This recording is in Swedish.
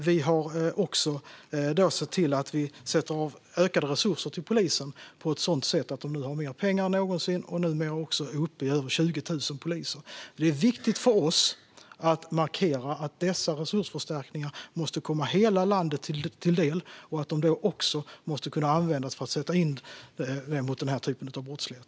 Vi har också sett till att vi sätter av ökade resurser till polisen på ett sådant sätt att de nu har mer pengar än någonsin. De är numera också uppe i över 20 000 poliser. Det är viktigt för oss att markera att dessa resursförstärkningar måste komma hela landet till del och att de också måste kunna användas för att sätta in åtgärder mot denna typ av brottslighet.